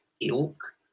ilk